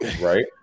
Right